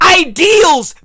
ideals